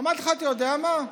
אמרתי לך: אתה יודע מה?